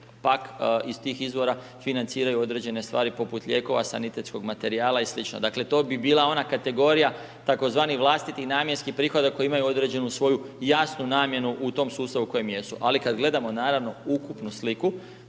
pak iz tih izvora financiraju određene stvari poput lijekova, sanitetskog materijala i slično. Dakle, to bi bila ona kategorija tzv. vlastitih namjenskih prihoda koji imaju određenu svoju jasnu namjenu u tom sustavu u kojem jesu. Ali kada gledamo, naravno, ukupnu sliku,